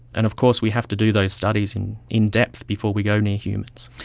and of course we have to do those studies in in depth before we go near humans.